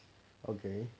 okay